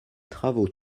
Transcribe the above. travaux